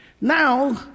Now